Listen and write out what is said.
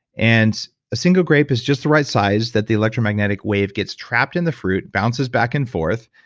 and a single grape is just the right size that the electromagnetic wave gets trapped in the fruit bounces back and forth.